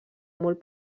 molt